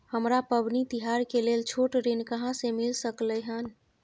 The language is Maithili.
हमरा पबनी तिहार के लेल छोट ऋण कहाँ से मिल सकलय हन?